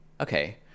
Okay